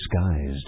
disguised